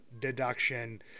deduction